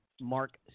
Mark